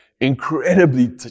incredibly